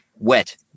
Wet